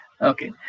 Okay